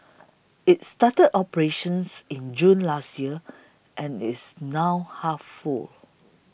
it started operations in June last year and is now half full